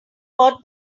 bought